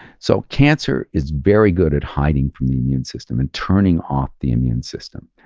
so cancer is very good at hiding from the immune system and turning off the immune system.